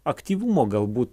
aktyvumo galbūt